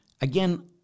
Again